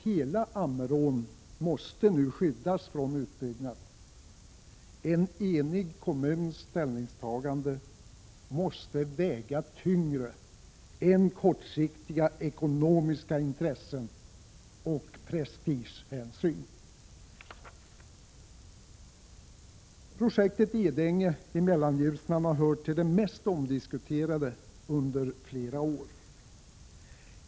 Hela Ammerån måste nu skyddas från utbyggnad — en enig kommuns ställningstagande måste väga tyngre än kortsiktiga ekonomiska intressen och prestigehänsyn. Projektet Edänge i Mellanljusnan har hört till det mest omdiskuterade under flera år.